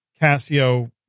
casio